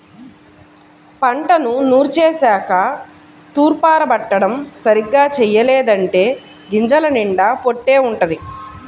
పంటను నూర్చేశాక తూర్పారబట్టడం సరిగ్గా చెయ్యలేదంటే గింజల నిండా పొట్టే వుంటది